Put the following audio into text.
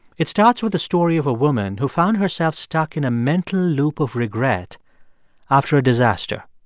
it starts with the story of a woman who found herself stuck in a mental loop of regret after a disaster.